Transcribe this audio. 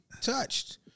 touched